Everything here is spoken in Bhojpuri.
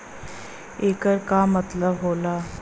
येकर का मतलब होला?